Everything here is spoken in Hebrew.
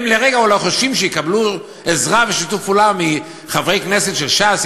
הם לרגע אולי חושבים שיקבלו עזרה ושיתוף פעולה מחברי כנסת של ש"ס,